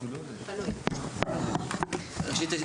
ראשית,